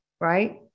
right